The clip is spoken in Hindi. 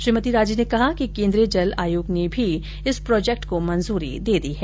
श्रीमती राजे ने कहा कि केन्द्रीय जल आयोग ने भी इस योजना को मंजूरी दे दी है